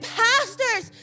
pastors